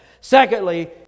Secondly